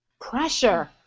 pressure